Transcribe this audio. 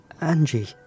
Angie